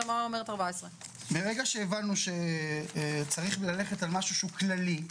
ומה אומרת תקנה 14. מהרגע שהבנו שצריך ללכת על משהו שהוא כללי,